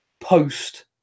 post